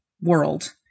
world